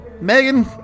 Megan